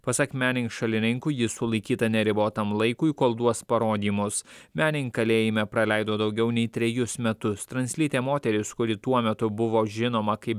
pasak mening šalininkų ji sulaikyta neribotam laikui kol duos parodymus mening kalėjime praleido daugiau nei trejus metus translytė moteris kuri tuo metu buvo žinoma kaip